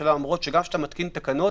לממשלה אומרות שגם כשאתה מתקין תקנות,